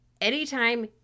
anytime